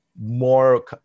more